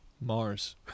Mars